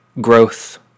growth